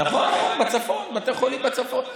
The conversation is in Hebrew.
נכון, בצפון, בתי חולים בצפון.